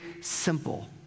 simple